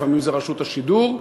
לפעמים זו רשות השידור,